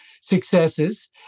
successes